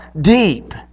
deep